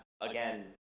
Again